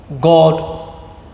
God